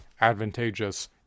advantageous